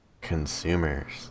Consumers